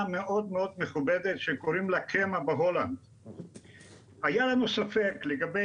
נכון להיום המכון כשהוא נוטל דוגמה אחת לבדיקה הוא מתחייב